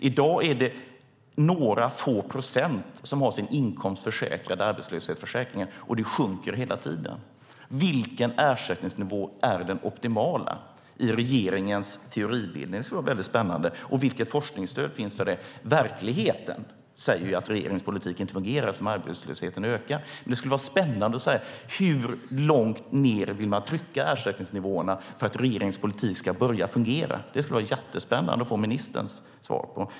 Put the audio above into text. I dag är det några få procent som har sin inkomst försäkrad i arbetslöshetsförsäkringen, och antalet sjunker hela tiden. Vilken ersättningsnivå är den optimala i regeringens teoribild? Det skulle det vara väldigt spännande att få veta. Och vilket forskningsstöd finns för det? Verkligheten säger ju att regeringens politik inte fungerar, eftersom arbetslösheten ökar. Det skulle vara spännande att höra hur långt ned man vill trycka ersättningsnivåerna för att regeringens politik ska börja fungera. Det skulle det vara jättespännande att få ministerns svar på.